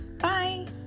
Bye